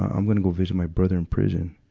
i'm gonna go visit my brother in prison.